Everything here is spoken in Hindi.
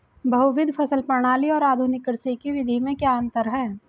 बहुविध फसल प्रणाली और आधुनिक कृषि की विधि में क्या अंतर है?